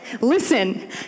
Listen